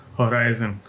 horizon